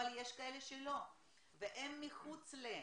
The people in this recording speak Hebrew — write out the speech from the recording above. אבל יש כאלה שלא והם מחוץ ל-.